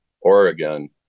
oregon